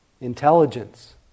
intelligence